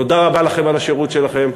תודה רבה לכם על השירות שלכם.